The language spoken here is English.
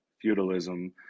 feudalism